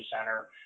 center